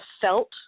felt